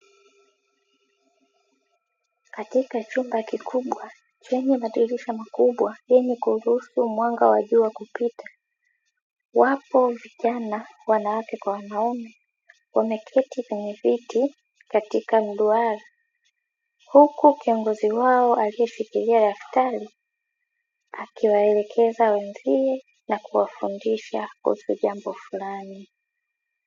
Katika chumba kikubwa chenye madirisha makubwa yenye kuruhusu mwanga wa jua kupita, wapo vijana wanawake kwa wanaume wameketi kwenye viti katika mduara, huku kiongozi wao alieshikilia daftari akiwaeleekeza wenzie na kuwafundisha kuhusu jambo fulani.